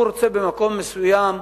הוא רוצה במקום מסוים.